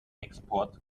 export